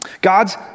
God's